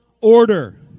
Order